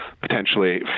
potentially